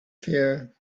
fear